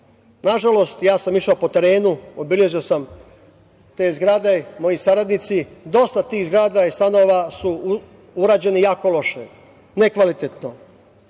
Nažalost, išao sam po terenu, obilazio sam te zgrade, a i moji saradnici, dosta tih zgrada i stanova je urađeno jako loše, nekvalitetno.